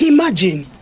Imagine